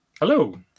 hello